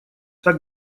так